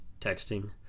texting